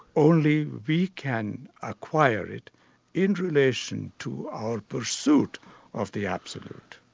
only we can acquire it in relation to our pursuit of the absolute.